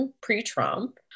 pre-Trump